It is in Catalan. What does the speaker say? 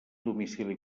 domicili